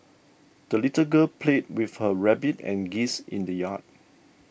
the little girl played with her rabbit and geese in the yard